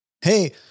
Hey